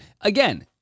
Again